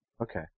Okay